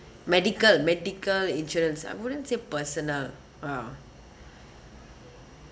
medical medical insurance I wouldn't say personal ah